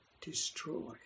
destroy